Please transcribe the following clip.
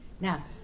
Now